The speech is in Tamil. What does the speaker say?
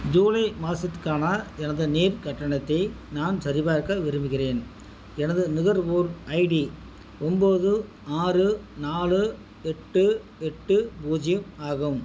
ஜூலை மாதத்துக்கான எனது நீர் கட்டணத்தை நான் சரிபார்க்க விரும்புகிறேன் எனது நுகர்வோர் ஐடி ஒன்போது ஆறு நாலு எட்டு எட்டு பூஜ்யம் ஆகும்